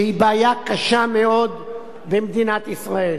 שהיא בעיה קשה מאוד במדינת ישראל.